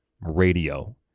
radio